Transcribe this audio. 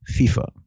FIFA